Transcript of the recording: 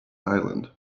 island